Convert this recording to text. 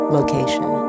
Location